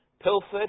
pilfered